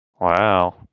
Wow